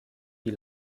die